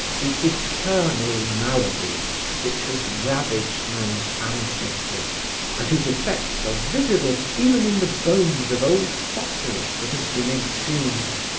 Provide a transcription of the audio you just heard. the eternal malady which has ravaged man's ancestors and whose effects are visible even in the bones of old fossils that have been exhumed.